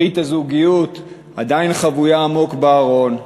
ברית הזוגיות עדיין חבויה עמוק בארון.